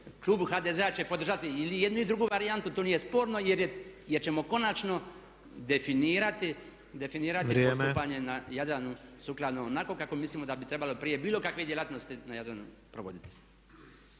klub HDZ-a će podržati ili jednu ili drugu varijantu to nije sporno jer ćemo konačno definirati postupanje na Jadranu sukladno onako kako mislimo da bi trebalo prije bilo kakvih djelatnosti na Jadranu provoditi.